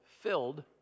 filled